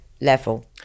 level